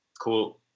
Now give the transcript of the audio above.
cool